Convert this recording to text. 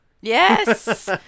Yes